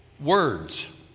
words